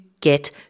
get